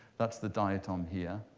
that's the diatom here.